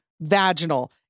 vaginal